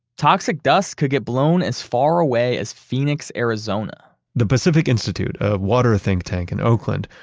toxic dust could get blown as far away as phoenix, arizona the pacific institute, a water think tank in oakland,